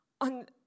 on